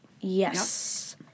Yes